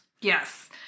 Yes